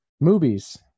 Movies